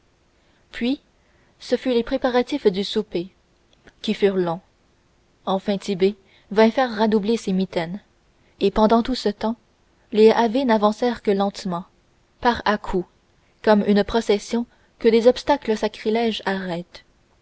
puis ce fut les préparatifs du souper qui furent longs enfin tit'bé vint faire radouber ses mitaines et pendant ce temps les ave n'avancèrent que lentement par à coups comme une procession que des obstacles sacrilèges arrêtent